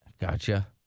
Gotcha